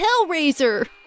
Hellraiser